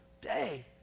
day